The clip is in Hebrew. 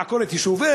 לעקור את יישוביהם,